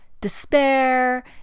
despair